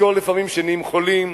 תזכור שלפעמים נהיים חולים,